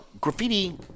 graffiti